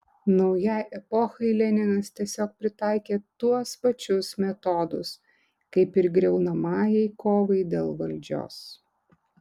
naujai epochai leninas tiesiog pritaikė tuos pačius metodus kaip ir griaunamajai kovai dėl valdžios